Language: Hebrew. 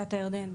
בבקעת הירדן,